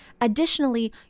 Additionally